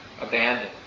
abandoned